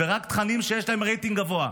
ורק תכנים שיש להם רייטינג גבוה.